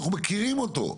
אנחנו מכירים אותו,